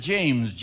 James